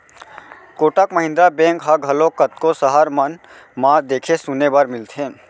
Kotak Mahindra bank ह घलोक कतको सहर मन म देखे सुने बर मिलथे